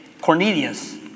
Cornelius